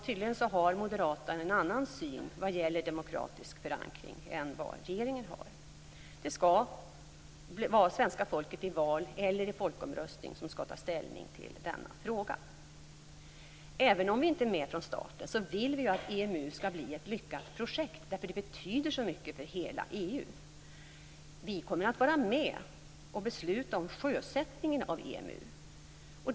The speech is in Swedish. Tydligen har Moderaterna en annan syn när det gäller demokratisk förankring än vad regeringen har. Det är svenska folket som i val eller i folkomröstning som skall ta ställning till denna fråga. Även om vi inte är med från starten vill vi ju att EMU skall bli ett lyckat projekt, eftersom det betyder så mycket för hela EU. Vi kommer att vara med och besluta om sjösättningen av EMU.